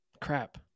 crap